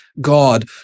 God